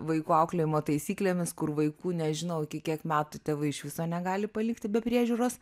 vaikų auklėjimo taisyklėmis kur vaikų nežinau iki kiek metų tėvai iš viso negali palikti be priežiūros